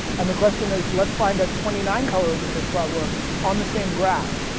and the question is, let's find that twenty nine coloring of this problem on the same graph.